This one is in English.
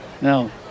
no